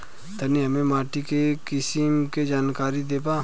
तनि हमें माटी के किसीम के जानकारी देबा?